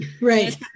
Right